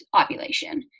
ovulation